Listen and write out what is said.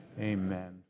Amen